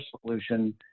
solution